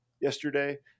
yesterday